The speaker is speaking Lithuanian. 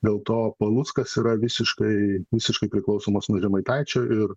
dėl to paluckas yra visiškai visiškai priklausomas nuo žemaitaičio ir